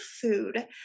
food